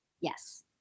Yes